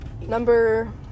Number